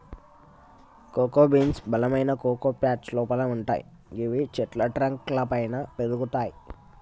cocoa beans బలమైన cocoa pods లోపల వుంటయ్ గివి చెట్ల ట్రంక్ లపైన పెరుగుతయి